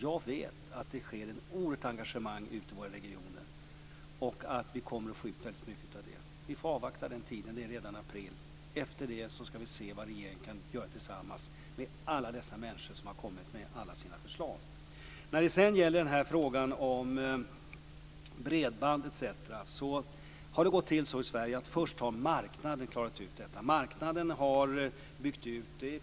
Jag vet att det finns ett oerhört engagemang ute i våra regioner och att vi kommer att få ut väldigt mycket av det. Vi får avvakta den tiden. Det sker redan i april. Efter det skall vi se vad regeringen kan göra tillsammans med alla dessa människor som har kommit med alla sina förslag. När det sedan gäller frågan om bredband etc. har det gått till så i Sverige att först har marknaden klarat ut detta. Marknaden har byggt ut.